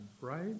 right